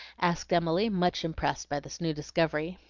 asked emily, much impressed by this new discovery.